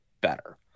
better